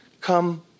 come